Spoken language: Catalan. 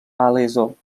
palaiseau